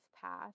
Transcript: path